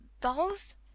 dolls